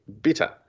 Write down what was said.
bitter